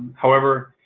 however,